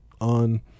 on